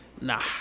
nah